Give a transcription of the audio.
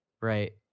right